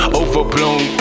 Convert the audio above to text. overblown